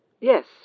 Yes